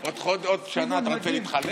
עוד שנה אתה רוצה להתחלף?